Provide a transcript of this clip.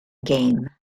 game